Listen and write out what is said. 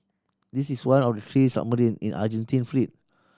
this is one of the three submarine in Argentine fleet